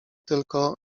tylko